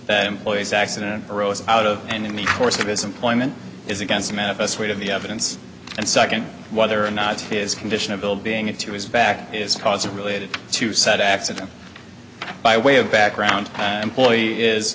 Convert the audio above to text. that employees accident arose out of and in the course of his employment is against a manifest weight of the evidence and second whether or not his condition of ill being it to his back is causing related to sad accident by way of background